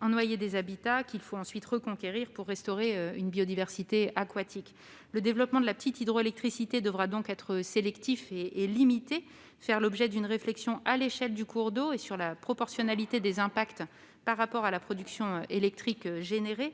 ennoyer des habitats, qu'il faut ensuite reconquérir pour restaurer une biodiversité aquatique. Le développement de la petite hydroélectricité devra donc être sélectif et limité et faire l'objet d'une réflexion à l'échelle du cours d'eau sur la proportionnalité des impacts par rapport à la production électrique générée.